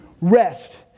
rest